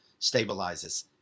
stabilizes